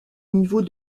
niveau